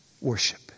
worship